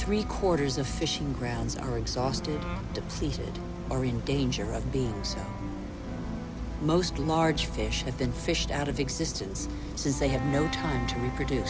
three quarters of fishing grounds are exhausted depleted are in danger of being most large fish have been fished out of existence since they have no time to reproduce